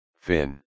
Fin